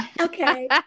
Okay